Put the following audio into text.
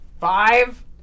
Five